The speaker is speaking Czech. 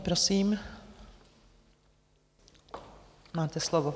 Prosím, máte slovo.